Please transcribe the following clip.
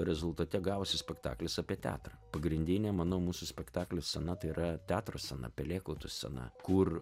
rezultate gavosi spektaklis apie teatrą pagrindinė manau mūsų spektaklio scena tai yra teatro scena pelėkautų scena kur